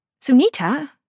Sunita